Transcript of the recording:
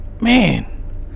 man